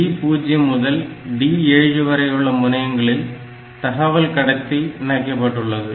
D0 முதல் D7 வரையுள்ள முனையங்களில் தகவல் கடத்தி இணைக்கப்பட்டுள்ளது